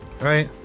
right